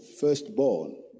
firstborn